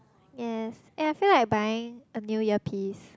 yes eh I feel like buying a new earpiece